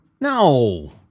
No